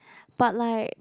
but like